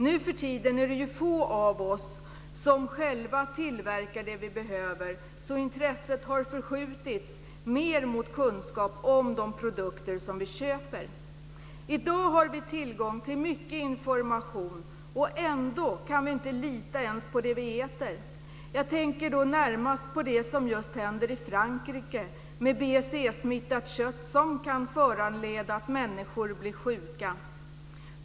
Nuförtiden är det få av oss som själva tillverkar det vi behöver. Intresset har därför förskjutits mer mot kunskap om de produkter som vi köper. I dag har vi tillgång till mycket information. Ändå kan vi inte lita ens på det vi äter. Jag tänker då närmast på det som just händer i Frankrike med BSE smittat kött som kan föranleda att människor blir sjuka.